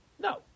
No